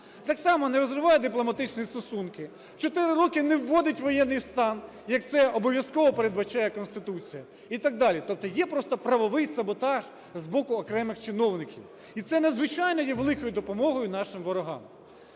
так само не розриває дипломатичні стосунки, 4 роки не вводить воєнний стан, як це обов'язково передбачає Конституція, і так далі. Тобто є просто правовий саботаж з боку окремих чиновників. І це надзвичайно є великою допомогою нашим ворогам.